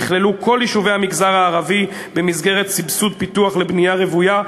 נכללו כל יישובי המגזר הערבי במסגרת סבסוד פיתוח לבנייה רוויה.